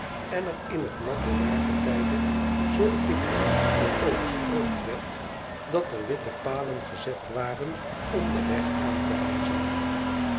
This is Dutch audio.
en er in het natte jaargetijde zoo dikwijls door overstroomd werd dat er witte palen gezet waren om den weg aan te wijzen